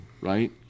right